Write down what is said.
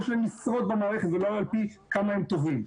שלהם לשרוד במערכת ולא על פי כמה הם טובים.